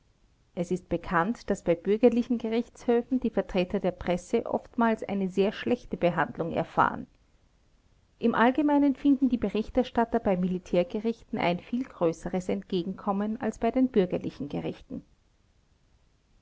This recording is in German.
es ist bekannt daß bei bürgerlichen gerichtshöfen die vertreter der presse oftmals eine sehr schlechte behandlung erfahren im allgemeinen finden die berichterstatter bei militärgerichten ein viel größeres entgegenkommen als bei den bürgerlichen gerichten